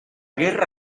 guerra